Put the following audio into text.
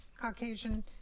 caucasian